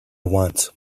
once